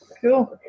Cool